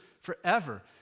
forever